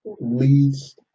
leads